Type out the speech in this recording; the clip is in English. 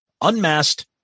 Unmasked